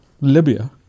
Libya